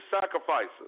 sacrifices